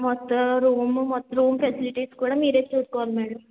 మొత్తం రూము మొత్తం room facilities కూడా మీరే చూసుకోవాలి మేడం